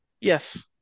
Yes